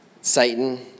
satan